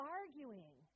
arguing